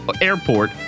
Airport